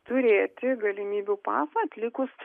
turėti galimybių pasą atlikus